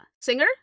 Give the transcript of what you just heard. Singer